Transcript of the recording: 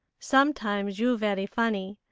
sometimes you very funny,